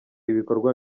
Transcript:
ibikorwa